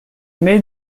may